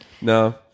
no